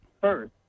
first